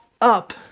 up